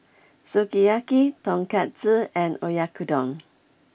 Sukiyaki Tonkatsu and Oyakodon